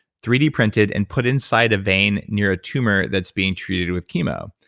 three d printed, and put inside a vein near a tumor that's being treated with chemo.